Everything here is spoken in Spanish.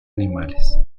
animales